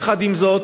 יחד עם זאת,